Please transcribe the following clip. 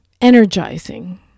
energizing